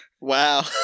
Wow